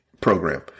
program